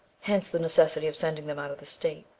hence the necessity of sending them out of the state.